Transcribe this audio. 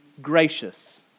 gracious